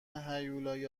هیولای